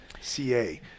CA